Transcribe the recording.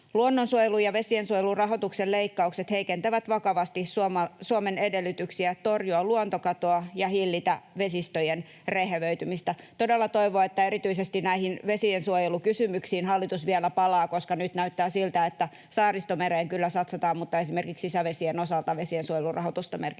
Luonnonsuojelun ja vesiensuojelun rahoituksen leikkaukset heikentävät vakavasti Suomen edellytyksiä torjua luontokatoa ja hillitä vesistöjen rehevöitymistä. Todella toivon, että erityisesti näihin vesiensuojelukysymyksiin hallitus vielä palaa, koska nyt näyttää siltä, että Saaristomereen kyllä satsataan mutta esimerkiksi sisävesien osalta vesiensuojelun rahoitusta merkittävästi